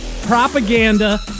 propaganda